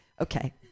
okay